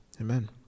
amen